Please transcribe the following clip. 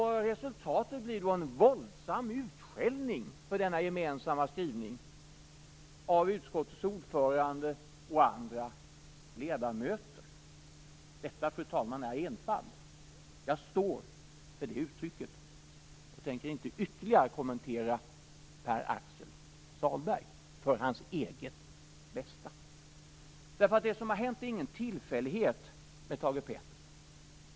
Resultatet blir då en våldsam utskällning av utskottets ordförande och andra ledamöter för denna gemensamma skrivning. Detta, fru talman, är enfald. Jag står för det uttrycket och tänker, för Pär Axel Sahlbergs eget bästa, inte ytterligare kommentera hans anförande. Det som har hänt är ingen tillfällighet när det gäller Thage Peterson.